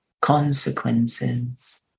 consequences